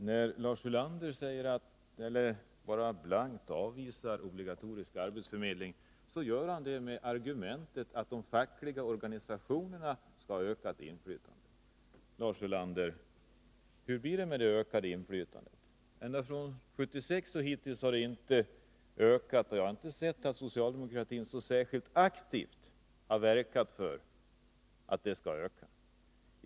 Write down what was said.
Herr talman! När Lars Ulander blankt avvisar obligatorisk arbetsförmedling, gör han det med argumentet att de fackliga organisationerna skall ha ett ökat inflytande. Hur blir det med det ökade inflytandet, Lars Ulander? Ända sedan 1976 har det inte ökat, och jag har inte sett att socialdemokratin aktivt har verkat för att inflytandet skall öka.